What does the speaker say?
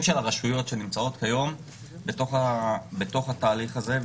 של הרשויות שנמצאות כיום בתוך התהליך הזה,